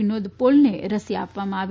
વિનોદ પોલ ને રસી આપવામાં આવી